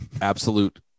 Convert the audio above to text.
Absolute